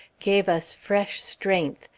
gave us fresh strength,